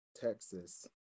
Texas